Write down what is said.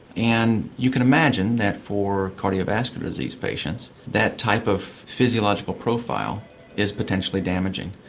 and you can imagine that for cardiovascular disease patients, that type of physiological profile is potentially damaging.